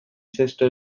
sister